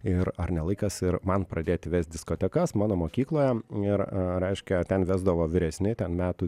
ir ar ne laikas ir man pradėti vest diskotekas mano mokykloje ir reiškia ten vesdavo vyresni ten metų